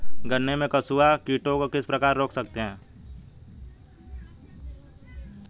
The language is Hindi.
गन्ने में कंसुआ कीटों को किस प्रकार रोक सकते हैं?